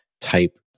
type